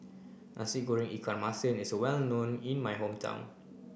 Nasi Goreng Ikan Masin is well known in my hometown